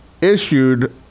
issued